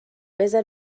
بزار